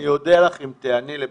אני אודה לך אם תיעני לבקשתי.